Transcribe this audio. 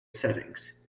settings